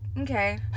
okay